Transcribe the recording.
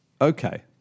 Okay